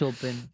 Open